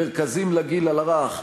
מרכזים לגיל הרך,